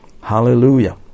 Hallelujah